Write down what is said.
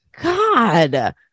God